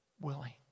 willing